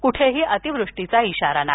कुठेही अतिवृष्टीचा इशारा नाही